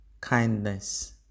kindness